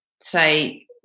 say